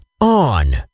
On